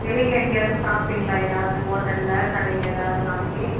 வெளியில எங்கேயாது சாப்டிங்களா எதாவது ஓட்டலில் கடையில் எதாவது வாங்கி